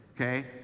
okay